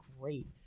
great